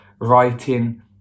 writing